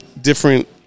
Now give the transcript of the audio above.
different